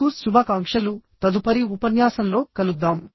మీకు శుభాకాంక్షలు తదుపరి ఉపన్యాసంలో కలుద్దాం